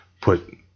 put